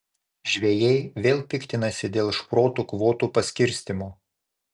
žvejai vėl piktinasi dėl šprotų kvotų paskirstymo